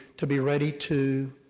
to be ready to,